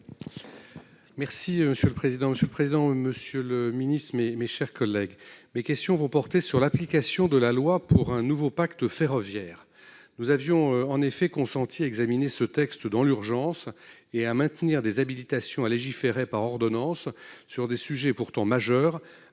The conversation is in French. Monsieur le président, monsieur le ministre, mes chers collègues, mes questions portent sur l'application de la loi pour un nouveau pacte ferroviaire. Nous avions consenti à examiner ce texte dans l'urgence et à maintenir des habilitations à légiférer par ordonnance sur des sujets majeurs,